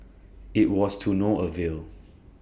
IT was to no avail